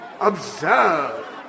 Observe